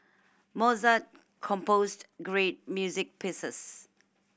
Mozart composed great music pieces